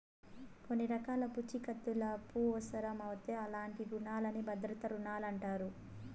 కొన్ని రకాల పూఛీకత్తులవుసరమవుతే అలాంటి రునాల్ని భద్రతా రుణాలంటారు